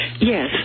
Yes